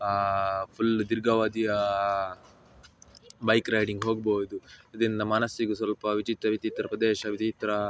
full ದೀರ್ಘಾವಧಿಯ bike riding ಹೋಗ್ಬೋದು ಇದರಿಂದ ಮನಸ್ಸಿಗು ಸ್ವಲ್ಪ ವಿಚಿತ್ರ ವಿಚಿತ್ರ ಪ್ರದೇಶ ವಿಚಿತ್ರ